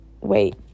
wait